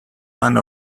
one